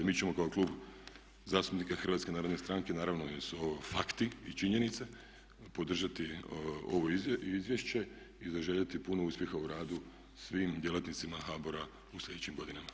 Mi ćemo kao Klub zastupnika HNS-a naravno jer su ovo fakti i činjenice podržati ovo izvješće i zaželjeti puno uspjeha u radu svim djelatnicima HBOR-a u sljedećim godinama.